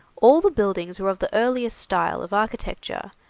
all the buildings were of the earliest style of architecture,